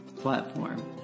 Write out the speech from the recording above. platform